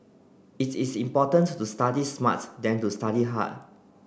its is more important to do study smart than to study hard